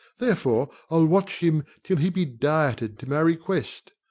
therefore i'll watch him till he be dieted to my request,